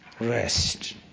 rest